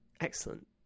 excellent